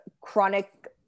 chronic